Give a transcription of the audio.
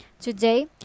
today